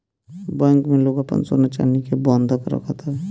bank में लोग आपन सोना चानी के बंधक रखत हवे